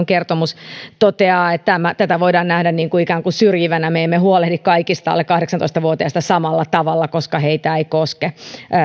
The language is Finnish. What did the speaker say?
kertomus toteaa että tämä voidaan nähdä ikään kuin syrjivänä me emme huolehdi kaikista alle kahdeksantoista vuotiaista samalla tavalla koska heitä ei koske